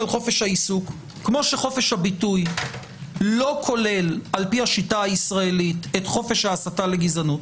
כפי שחופש הביטוי לא כולל לפי השיטה הישראלית את חופש ההסתה לגזענות